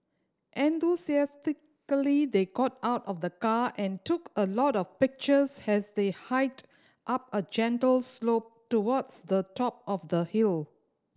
enthusiastically they got out of the car and took a lot of pictures has they hiked up a gentle slope towards the top of the hill